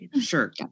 sure